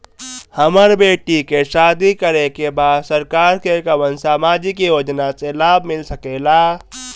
हमर बेटी के शादी करे के बा सरकार के कवन सामाजिक योजना से लाभ मिल सके ला?